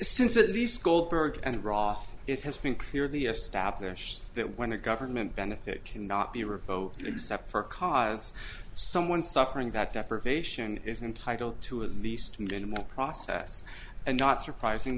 since at least goldberg and roth it has been clearly established that when the government benefit cannot be revoked except for cause someone suffering that deprivation is entitled to at least minimal process and not surprising